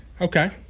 Okay